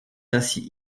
ainsi